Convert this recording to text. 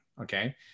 Okay